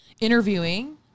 interviewing